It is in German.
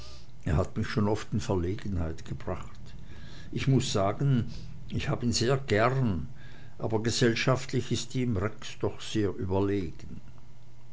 er hat mich schon oft in verlegenheit gebracht ich muß sagen ich hab ihn sehr gern aber gesellschaftlich ist ihm rex doch sehr überlegen